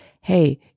hey